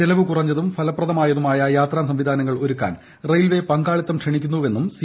ചെലവു കുറഞ്ഞതും ഫലപ്രദമായതുമായ യാത്രാ സംവിധാനങ്ങൾ ഒരുക്കാൻ റെയിൽവേ പങ്കാളിത്തം ക്ഷണിക്കുന്നുവെന്നും സി